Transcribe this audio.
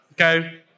Okay